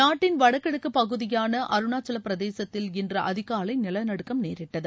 நாட்டின் வடகிழக்கு பகுதியான அருணாச்சலப்பிரதேசத்தின் இன்று அதிகாலை நிலநடுக்கம் நேரிட்டது